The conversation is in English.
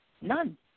None